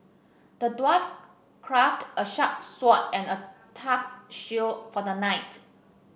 the dwarf crafted a sharp sword and a tough shield for the knight